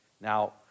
now